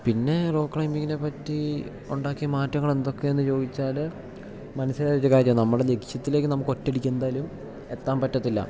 പിന്നേ റോ ക്ലൈമ്പിങ്ങിനെ പറ്റി ഉണ്ടാക്കിയ മാറ്റങ്ങൾ എന്തൊക്കെ എന്നു ചോദിച്ചാൽ മനസ്സിൽ ഒരു കാര്യം നമ്മുടെ ലക്ഷ്യത്തിലേക്ക് നമുക്ക് ഒറ്റ അടിക്ക് എന്തായാലും എത്താൻ പറ്റത്തില്ല